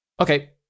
okay